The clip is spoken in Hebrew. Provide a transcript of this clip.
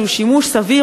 שהוא שימוש סביר,